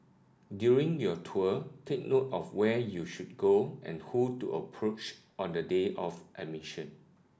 during your tour take note of where you should go and who to approach on the day of admission